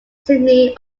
sydney